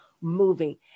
moving